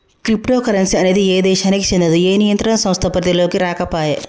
crypto currency అనేది ఏ దేశానికీ చెందదు, ఏ నియంత్రణ సంస్థ పరిధిలోకీ రాకపాయే